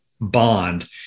bond